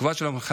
בתקופה של המלחמה